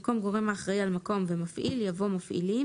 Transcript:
במקום "גורם האחראי על המקום ומפעיל" יבוא "מפעילים"